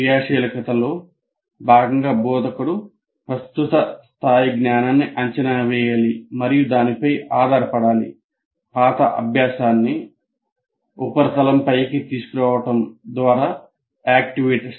క్రియాశీలతలో భాగంగా బోధకుడు ప్రస్తుత స్థాయి జ్ఞానాన్ని అంచనా వేయాలి మరియు దానిపై ఆధారపడాలి పాత అభ్యాసాన్ని ఉపరితలంపైకి తీసుకురావడం ద్వారా సక్రియం చేయాలి